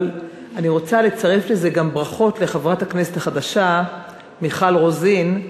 אבל אני רוצה לצרף לזה גם ברכות לחברת הכנסת החדשה מיכל רוזין,